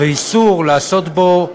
ואיסור לעשות בו,